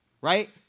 right